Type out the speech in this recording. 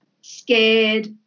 Scared